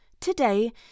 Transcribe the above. today